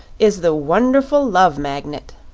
is the wonderful love magnet.